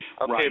okay